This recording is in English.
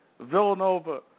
Villanova